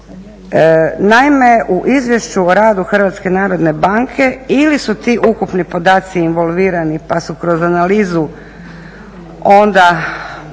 Naime, u izvješću o radu HNB-a ili su ti ukupni podaci involvirani pa su kroz analizu onda